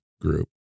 group